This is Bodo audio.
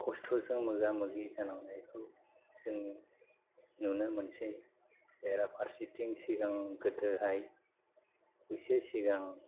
खस्थ'जों मोगा मोगि जानांनायखौ जोङो नुनो मोनसै बेराफारसेथिं सिगां गोदोहाय एसे सिगां